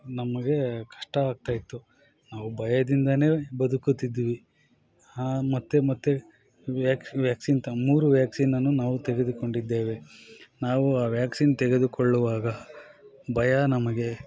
ನಮಗೆ ಕಷ್ಟ ಆಗ್ತಾಯಿತ್ತು ನಾವು ಭಯದಿಂದಲೇ ಬದುಕುತಿದ್ವಿ ಮತ್ತೆ ಮತ್ತೆ ವ್ಯಾಕ್ಸಿನ್ ತ ಮೂರು ವ್ಯಾಕ್ಸಿನನ್ನು ನಾವು ತೆಗೆದುಕೊಂಡಿದ್ದೇವೆ ನಾವು ಆ ವ್ಯಾಕ್ಸಿನ್ ತೆಗೆದುಕೊಳ್ಳುವಾಗ ಭಯ ನಮಗೆ